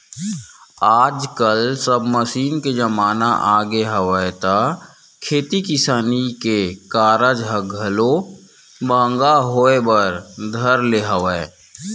आजकल सब मसीन के जमाना आगे हवय त खेती किसानी के कारज ह घलो महंगा होय बर धर ले हवय